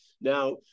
now